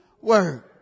Word